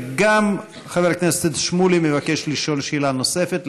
וגם חבר הכנסת שמולי מבקש לשאול שאלה נוספת.